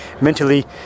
mentally